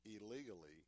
illegally